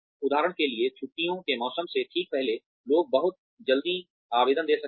उदाहरण के लिए छुट्टियों के मौसम से ठीक पहले लोग बहुत जल्दी आवेदन दे सकते हैं